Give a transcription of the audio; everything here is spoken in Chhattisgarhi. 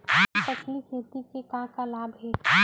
बहुफसली खेती के का का लाभ हे?